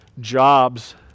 jobs